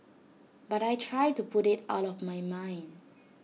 but I try to put IT out of my mind